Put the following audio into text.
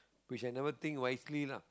which I never think wisely lah